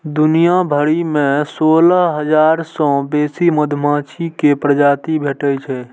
दुनिया भरि मे सोलह हजार सं बेसी मधुमाछी के प्रजाति भेटै छै